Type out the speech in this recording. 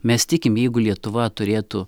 mes tikim jeigu lietuva turėtų